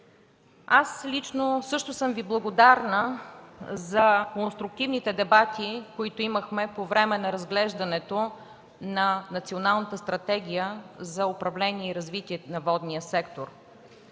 Лично аз съм Ви благодарна за конструктивните дебати, които имахме по време на разглеждането на Националната стратегия за управление и развитие на водния сектор.